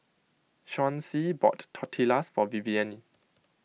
Chauncy bought Tortillas for Vivienne